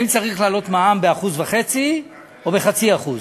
צריך להעלות את המע"מ ב-1.5% או ב-0.5%.